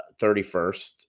31st